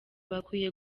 bakwiye